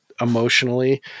emotionally